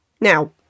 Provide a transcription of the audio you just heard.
Now